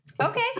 okay